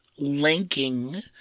linking